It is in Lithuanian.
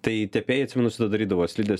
tai tepėjai atsimenu visada darydavo slides